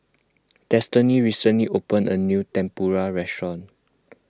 Destiny recently opened a new Tempura restaurant